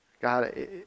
God